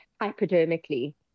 hypodermically